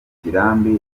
kirambi